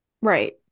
Right